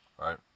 Right